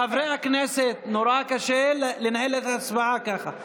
חברי הכנסת, נורא קשה לנהל את ההצבעה ככה.